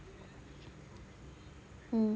mm